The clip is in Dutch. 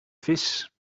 vis